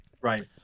Right